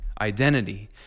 identity